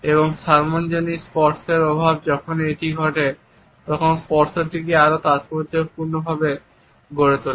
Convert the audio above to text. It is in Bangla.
এবং সর্বজনীন স্পর্শের অভাব যখনই এটি ঘটে তখন এই স্পর্শটিকে আরও তাৎপর্যপূর্ণ করে তোলে